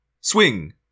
swing